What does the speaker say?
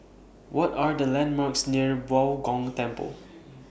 What Are The landmarks near Bao Gong Temple